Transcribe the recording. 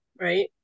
right